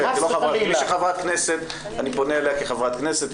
מי שחברת כנסת, אני פונה אליה כחברת כנסת.